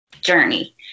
journey